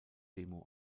demo